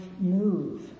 move